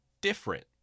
different